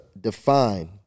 define